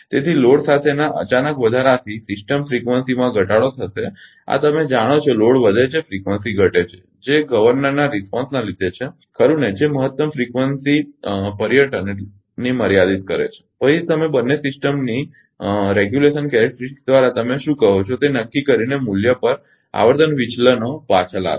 તેથી લોડ સાથેના અચાનક વધારાથી સિસ્ટમ ફ્રીકવંસીમાં ઘટાતો થશે આ તમે જાણો છો લોડ વધે છે ફ્રીકવંસી ઘટે છે જે ગવર્નર ના રિસ્પોંસ ના લીધે છે ખરુ ને જે મહત્તમ ફ્રીકવંસી પર્યટનને મર્યાદિત કરે છે અને પછીથી તમે બંને સિસ્ટમની નિયમન લાક્ષણિકતા દ્વારા તમે શું કહો છો તે નક્કી કરીને મૂલ્ય પર આવર્તન વિચલનો પાછા લાવે છે